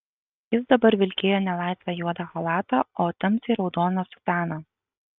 jis dabar vilkėjo ne laisvą juodą chalatą o tamsiai raudoną sutaną